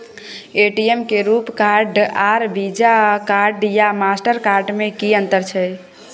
ATM में RuPay card आर Visa card या मास्टर कार्ड में कि अतंर छै?